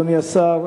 אדוני השר,